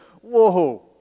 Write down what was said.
Whoa